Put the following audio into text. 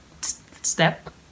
step